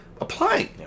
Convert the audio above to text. applying